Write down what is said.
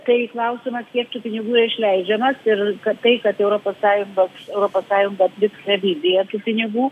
tai klausimas kiek tų pinigų išleidžiamas ir kad tai kad europos sąjunga europos sąjunga atliks reviziją tų pinigų